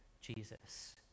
Jesus